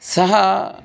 सः